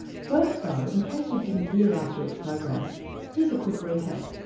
first though, in case you didn't hear last week's program here's a quick recap.